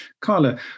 Carla